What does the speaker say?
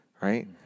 Right